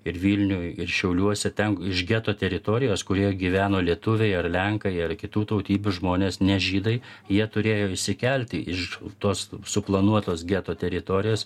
ir vilniuj ir šiauliuose ten iš geto teritorijos kurioje gyveno lietuviai ar lenkai ar kitų tautybių žmonės ne žydai jie turėjo išsikelti iš tos suplanuotos geto teritorijos